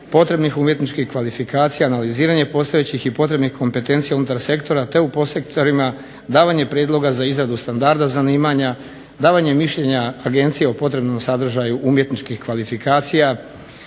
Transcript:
potrebnih umjetničkih kvalifikacija, analiziranje postojećih i potrebnih kompetencija unutar sektora te u podsektorima davanje prijedloga za izradu standarda zanimanja, davanje mišljenja agencije o potrebnom sadržaju umjetničkih kvalifikacija,